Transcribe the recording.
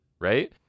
right